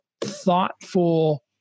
thoughtful